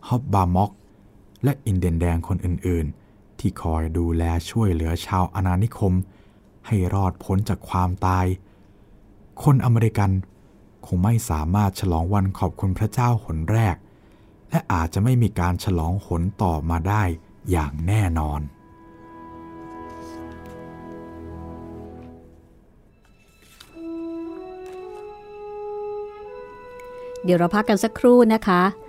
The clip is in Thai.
ฮอบบาม็อกซ์และอินเดียนแดงคนอื่นๆที่คอยดูแลช่วยเหลือชาวอาณานิคมให้รอดพ้นจากความตาย คนอเมริกันคงไม่สามารถฉลองวันขอบคุณพระเจ้าหนแรก และอาจจะไม่มีการฉลองหนต่อมาได้อย่างแน่นอนเดี๋ยวเราพักกันสักครู่นะคะ